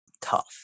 tough